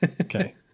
Okay